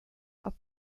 are